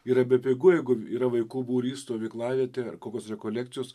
yra bepigu jeigu yra vaikų būrys stovyklavietė ar kokios rekolekcijos